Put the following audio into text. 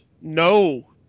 No